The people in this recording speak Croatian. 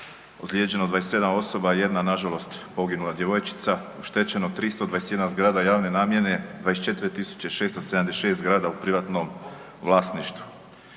ozlijeđeno 27 osoba, jedna nažalost poginula djevojčica, oštećeno 321 zgrada javne namjene, 24676 zgrada u privatnom vlasništvu.